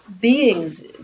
beings